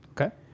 Okay